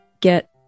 get